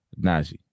Najee